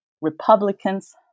republicans